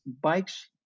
bikes